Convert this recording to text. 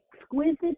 exquisite